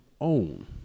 own